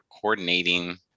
coordinating